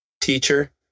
teacher